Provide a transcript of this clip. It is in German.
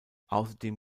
außerdem